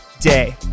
day